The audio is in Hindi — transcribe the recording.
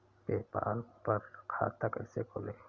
पेपाल पर खाता कैसे खोलें?